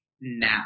now